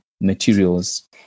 materials